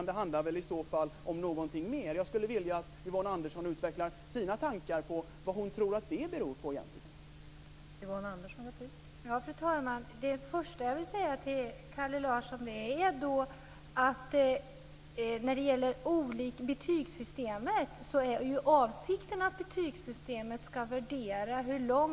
Det handlar väl i så fall om någonting mer. Jag skulle vilja att Yvonne Andersson utvecklar sina tankar om vad hon tror att det egentligen beror på.